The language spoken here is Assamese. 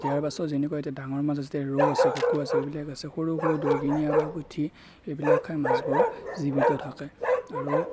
দিয়াৰ পাছত যেনেকুৱা এতিয়া ডাঙৰ মাছ যেতিয়া ৰৌ আছে ভকুৱা আছে সেইবিলাক আছে সৰু সৰু ডৰিকণা বা পুঠি সেইবিলাক খাই মাছবোৰ জীৱিত থাকে আৰু